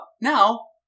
now